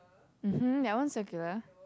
mmhmm that one's circular